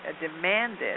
demanded